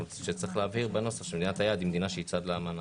צריך להבהיר בנוסח שמדינת היעד היא מדינה שהיא צד לאמנה.